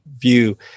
view